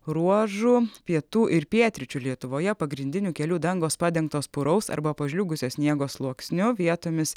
ruožų pietų ir pietryčių lietuvoje pagrindinių kelių dangos padengtos puraus arba pažliugusio sniego sluoksniu vietomis